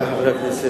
חברי חברי הכנסת,